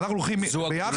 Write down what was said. אנחנו הולכים ביחד.